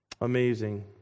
amazing